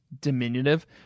diminutive